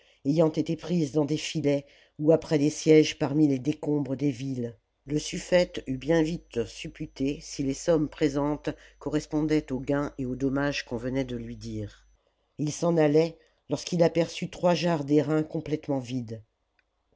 ayant été prises dans des fdets ou après les sièges parmi les décombres des villes le suftète eut bien vite supputé si les sommes présentes correspondaient aux gains et aux dommages qu'on venait de lui lire et il s'en allait lorsqu'il aperçut trois jarres d'airain complètement vides